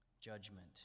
judgment